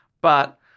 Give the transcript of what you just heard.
But-